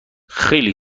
خیلی